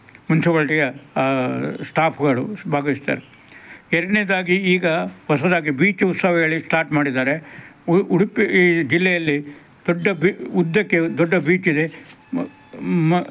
ಮುನ್ಸಿಪಾಲ್ಟಿಯ ಸ್ಟಾಫ್ಗಳು ಭಾಗವಹಿಸ್ತಾರೆ ಎರಡನೇದಾಗಿ ಈಗ ಹೊಸದಾಗಿ ಬೀಚ್ ಉತ್ಸವ ಹೇಳಿ ಸ್ಟಾರ್ಟ್ ಮಾಡಿದ್ದಾರೆ ಉಡುಪಿ ಜಿಲ್ಲೆಯಲ್ಲಿ ದೊಡ್ಡ ಉದ್ದಕ್ಕೆ ದೊಡ್ಡ ಬೀಚಿದೆ